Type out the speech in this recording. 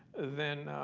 then,